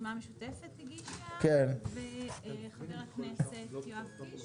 הרשימה המשותפת הגישה וחבר הכנסת יואב קיש